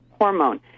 hormone